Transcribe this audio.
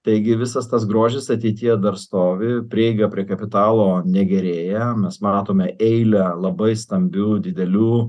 taigi visas tas grožis ateityje dar stovi prieiga prie kapitalo negerėja mes matome eilę labai stambių didelių